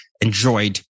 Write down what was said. enjoyed